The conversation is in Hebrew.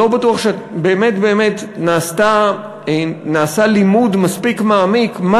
אני לא בטוח שבאמת נעשה לימוד מספיק מעמיק מה